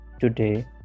today